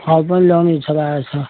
फल पनि ल्याउनु इच्छा लागेको छ